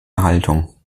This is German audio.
haltung